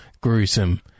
gruesome